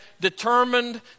determined